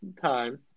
time